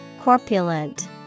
Corpulent